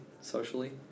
socially